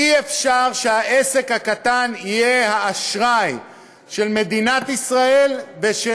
אי-אפשר שהעסק הקטן יהיה האשראי של מדינת ישראל ושל